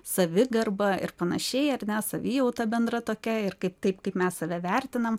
savigarba ir panašiai ar ne savijauta bendra tokia ir kaip taip kaip mes save vertinam